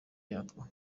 yatwo